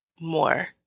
more